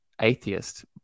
atheist